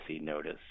notice